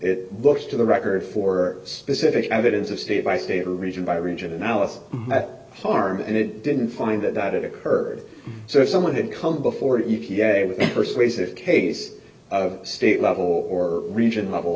it looks to the record for specific evidence of state by state or region by region analysis harm and it didn't find that that occurred so if someone had come before e p a with persuasive case of state level or region level